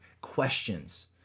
questions